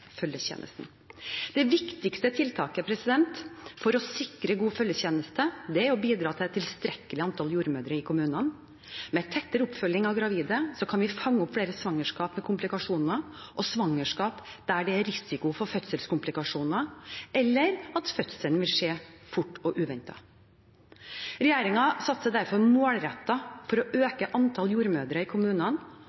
viktigste tiltaket for å sikre en god følgetjeneste er å bidra til et tilstrekkelig antall jordmødre i kommunene. Med tettere oppfølging av gravide kan vi fange opp flere svangerskap med komplikasjoner og svangerskap der det er risiko for fødselskomplikasjoner eller at fødselen vil skje fort og uventet. Regjeringen satser derfor målrettet på å